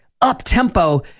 up-tempo